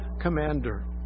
commander